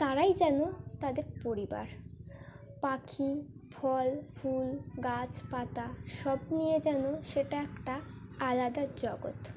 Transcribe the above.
তারাই যেন তাদের পরিবার পাখি ফল ফুল গাছপাতা সব নিয়ে যেন সেটা একটা আলাদা জগৎ